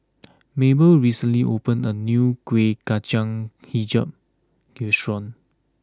Mable recently opened a new Kueh Kacang HiJau restaurant